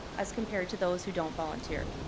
as compared to those who don't volunteer.